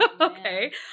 Okay